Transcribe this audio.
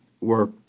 work